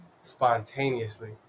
spontaneously